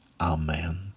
Amen